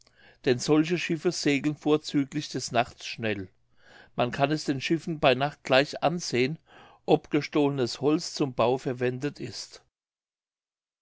denn solche schiffe segeln vorzüglich des nachts schnell man kann es den schiffen bei nacht gleich ansehen ob gestohlnes holz zum bau verwendet ist